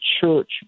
church